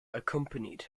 accompanied